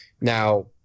Now